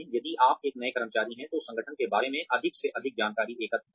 यदि आप एक नए कर्मचारी हैं तो संगठन के बारे में अधिक से अधिक जानकारी एकत्र करें